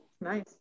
Nice